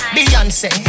Beyonce